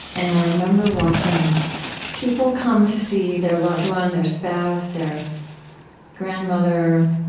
and i remember watching people come to see their loved one, their spouse, their grandmother,